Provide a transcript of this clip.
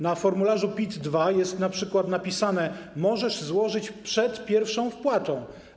Na formularzu PIT-2 jest np. napisane: możesz złożyć przed pierwszą wypłatą.